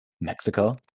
mexico